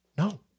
No